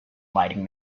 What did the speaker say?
lighting